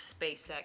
spacex